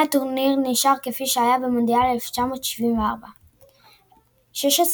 מבנה הטורניר נשאר כפי שהיה במונדיאל 1974. 16